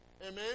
Amen